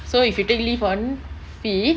so if you take leave on fifth